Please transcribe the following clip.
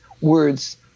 words